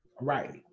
right